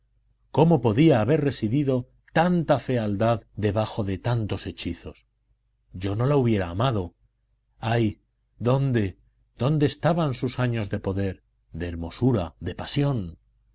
cómo podía haber residido tanta fealdad debajo de tantos hechizos yo no la hubiera amado ay dónde dónde estaban sus años de poder de hermosura de pasión